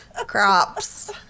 crops